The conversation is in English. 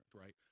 right